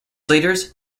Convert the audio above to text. leaders